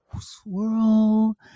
swirl